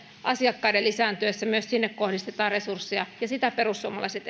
asiakkaiden lisääntyessä myös sinne kohdistetaan resursseja ja sitä perussuomalaiset